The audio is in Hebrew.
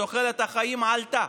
ושתוחלת החיים עלתה.